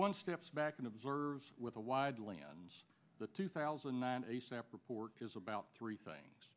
one steps back and observes with the wide lands the two thousand and nine a separate pork is about three things